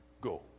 Go